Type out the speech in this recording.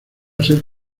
ser